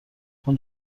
خون